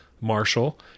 Marshall